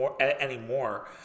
anymore